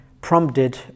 prompted